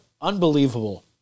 unbelievable